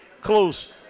close